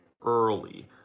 early